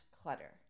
clutter